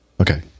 Okay